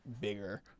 bigger